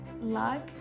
luck